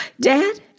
Dad